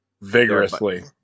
vigorously